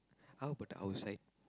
how about the outside